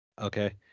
Okay